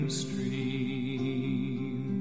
stream